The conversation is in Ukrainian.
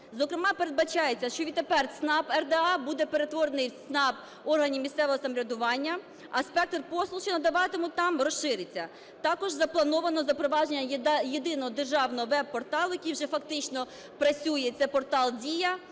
зокрема передбачається, що відтепер ЦНАП РДА буде перетворений в ЦНАП органів місцевого самоврядування, а спектр послуг, що надаватимуть там, розшириться. Також заплановано запровадження єдиного державного веб-порталу, який вже фактично працює - це портал "Дія",